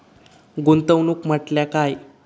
गुंतवणूक म्हटल्या काय?